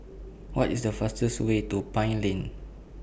What IS The fastest Way to Pine Lane